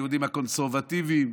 היהודים הקונסרבטיביים.